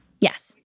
Yes